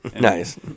Nice